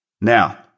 Now